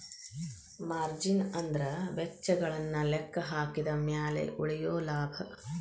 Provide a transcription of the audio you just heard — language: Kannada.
ಮಾರ್ಜಿನ್ ಅಂದ್ರ ವೆಚ್ಚಗಳನ್ನ ಲೆಕ್ಕಹಾಕಿದ ಮ್ಯಾಲೆ ಉಳಿಯೊ ಲಾಭ